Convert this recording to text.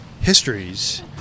histories